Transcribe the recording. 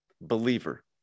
believer